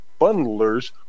bundlers